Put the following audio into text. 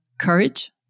courage